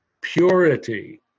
purity